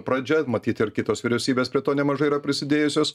pradžia matyt ir kitos vyriausybės prie to nemažai yra prisidėjusios